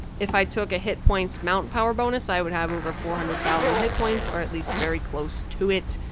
if i took a hit points mount power bonus i would have over four hundred thousand hit points, or at least very close to it,